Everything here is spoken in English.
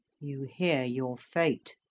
you hear your fate,